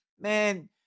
man